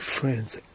friends